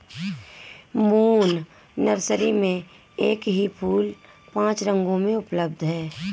moon nursery में एक ही फूल पांच रंगों में उपलब्ध है